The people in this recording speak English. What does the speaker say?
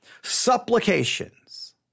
Supplications